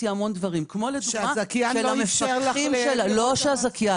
המון דברים כמו לדוגמה --- שהזכיין לא הצליח --- לא שהזכיין,